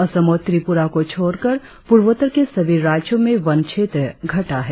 असम और त्रिपुरा को छोड़कर पूर्वोत्तर के सभी राज्यों में वन क्षेत्र घटा है